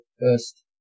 first